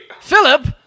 Philip